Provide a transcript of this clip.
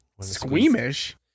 Squeamish